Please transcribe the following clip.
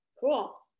Cool